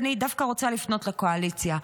באמת, אני דווקא רוצה לפנות לקואליציה.